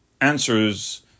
answers